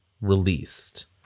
released